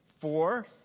four